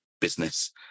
business